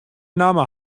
namme